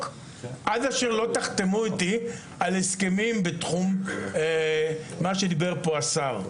עד אשר לא תחתמו על ההסכמים בתחום עליהם דיבר השר.